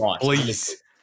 Please